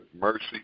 mercy